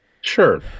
sure